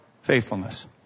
faithfulness